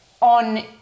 on